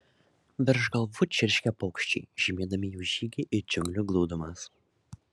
virš galvų čirškė paukščiai žymėdami jų žygį į džiunglių glūdumas